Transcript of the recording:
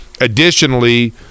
Additionally